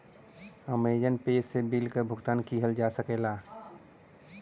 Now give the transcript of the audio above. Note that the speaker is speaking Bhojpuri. अमेजॉन पे से बिल क भुगतान किहल जा सकला